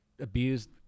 abused